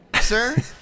Sir